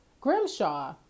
Grimshaw